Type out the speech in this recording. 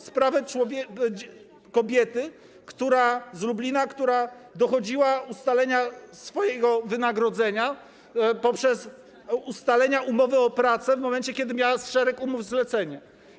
Sprawę kobiety z Lublina, która dochodziła ustalenia swojego wynagrodzenia poprzez ustalenia umowy o pracę, w momencie kiedy miała szereg umów zlecenia.